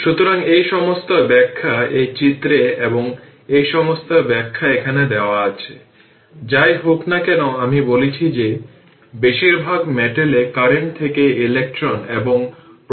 সুতরাং 16 স্কোয়ার 256 এবং এটি e এর পাওয়ার 10 t তাই 256 e এর পাওয়ার 10 t ওয়াট যা t 0 এর জন্য